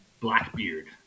Blackbeard